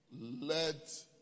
let